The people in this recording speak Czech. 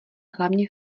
hlavně